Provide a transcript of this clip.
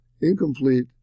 incomplete